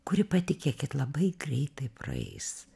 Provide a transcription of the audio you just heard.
kuri patikėkit labai greitai praeis